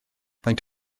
faint